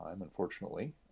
unfortunately